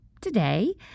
today